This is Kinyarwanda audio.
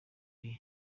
mbere